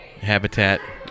habitat